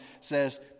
says